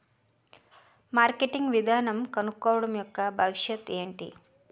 Marketing విధానం కనుక్కోవడం యెక్క భవిష్యత్ ఏంటి?